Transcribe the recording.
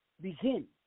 begin